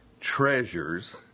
treasures